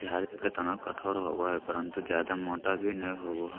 झाड़ी के तना कठोर होबो हइ परंतु जयादा मोटा भी नैय होबो हइ